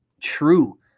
true